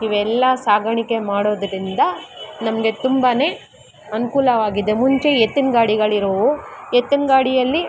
ಇವೆಲ್ಲ ಸಾಗಾಣಿಕೆ ಮಾಡೋದರಿಂದ ನಮಗೆ ತುಂಬಾ ಅನುಕೂಲವಾಗಿದೆ ಮುಂಚೆ ಎತ್ತಿನ ಗಾಡಿಗಳಿರೋವು ಎತ್ತಿನ ಗಾಡಿಯಲ್ಲಿ